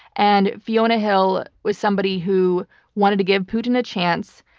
and fiona hill was somebody who wanted to give putin a chance,